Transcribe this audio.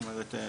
זאת אומרת,